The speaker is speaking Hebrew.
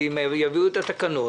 אם יביאו את התקנות